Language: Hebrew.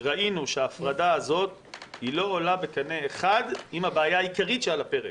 ראינו שההפרדה הזאת היא לא עולה בקנה אחד עם הבעיה העיקרית שעל הפרק.